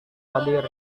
hadir